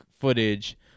footage